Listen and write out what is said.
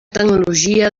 tecnologia